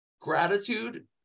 gratitude